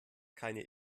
keine